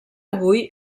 avui